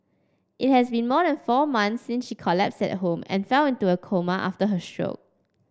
it has been more than four months since she collapsed at home and fell into a coma after her show